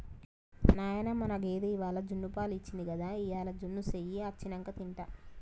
నాయనా మన గేదె ఇవ్వాల జున్నుపాలు ఇచ్చింది గదా ఇయ్యాల జున్ను సెయ్యి అచ్చినంక తింటా